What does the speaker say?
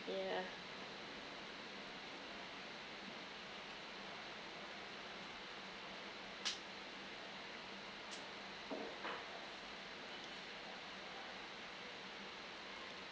yeah